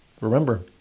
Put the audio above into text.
Remember